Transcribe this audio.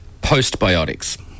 postbiotics